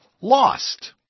lost